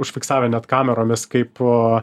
užfiksavę net kameromis kaip